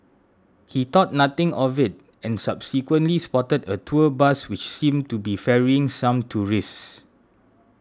he thought nothing of it and subsequently spotted a tour bus which seemed to be ferrying some tourists